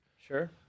Sure